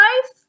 life